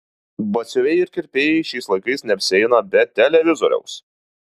batsiuviai ir kirpėjai šiais laikais neapsieina be televizoriaus